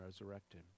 resurrected